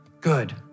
good